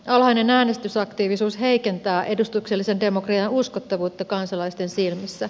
alhainen äänestysaktiivisuus heikentää edustuksellisen demokratian uskottavuutta kansalaisten silmissä